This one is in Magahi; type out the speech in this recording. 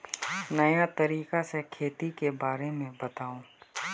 नया तरीका से खेती के बारे में बताऊं?